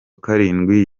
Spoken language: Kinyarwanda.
karindwi